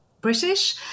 British